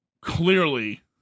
clearly